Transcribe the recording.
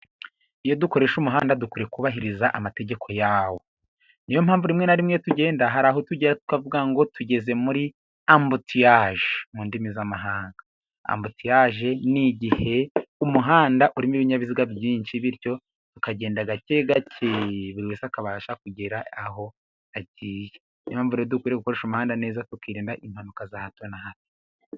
Iyo dukoresha umuhanda dukwiye kubahiriza amategeko yawo, niyo mpamvu rimwe na rimwe iyo tugenda, hari aho tugera tukavuga ngo tugeze muri ambutiyaje, mu ndimi zamahanga ambutiyaje ni igihe umuhanda urimo ibinyabiziga byinshi, bityo bikagenda gake gake bakabasha kugera aho bagiye, dukwiye gukoresha umuhanda neza tukirinda impanuka za hato na hato.